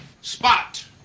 spot